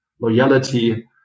loyalty